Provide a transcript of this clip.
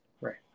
Right